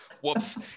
whoops